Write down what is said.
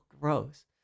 gross